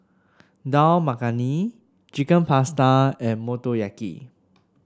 Dal Makhani Chicken Pasta and Motoyaki